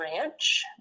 ranch